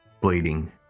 bleeding